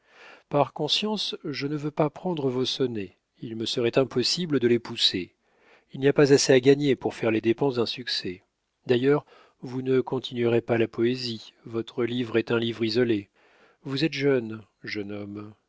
par conscience je ne veux pas prendre vos sonnets il me serait impossible de les pousser il n'y a pas assez à gagner pour faire les dépenses d'un succès d'ailleurs vous ne continuerez pas la poésie votre livre est un livre isolé vous êtes jeune jeune homme